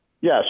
yes